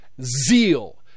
zeal